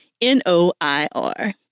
N-O-I-R